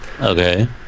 Okay